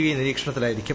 V നിരീക്ഷണത്തിലായിരിക്കും